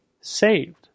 saved